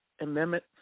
amendment